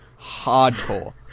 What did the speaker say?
hardcore